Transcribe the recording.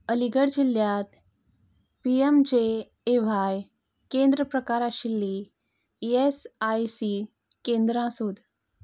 अलीगढ जिल्ल्यांत P M J A Y केंद्र प्रकार आशिल्लीं ई एस आय सी केंद्रां सोद